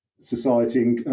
society